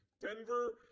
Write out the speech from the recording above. Denver